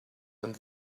and